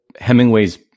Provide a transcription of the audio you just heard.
Hemingway's